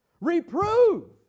Reprove